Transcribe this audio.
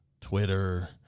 Twitter